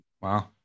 Wow